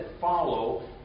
follow